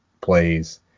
plays